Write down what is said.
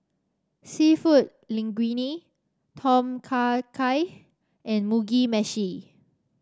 seafood Linguine Tom Kha Gai and Mugi Meshi